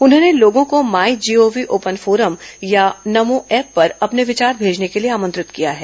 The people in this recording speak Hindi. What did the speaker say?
उन्होंने लोगों को माई जीओवी ओपन फोरम या नमो ऐप पर अपने विचार भेजने के लिए आमंत्रित किया है